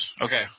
Okay